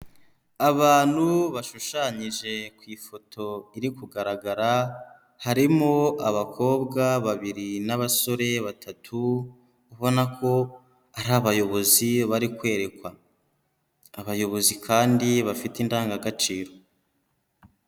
Abantu bashushanyije ku ifoto iri kugaragara harimo abakobwa babiri n'abasore batatu ubona ko ari abayobozi bari kwerekwa abayobozi kandi bafite indangagaciro.